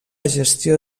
gestió